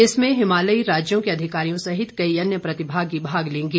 इसमें हिमालयी राज्यों के अधिकारियों सहित कई अन्य प्रतिभागी भाग लेंगे